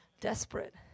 desperate